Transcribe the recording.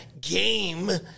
game –